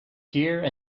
here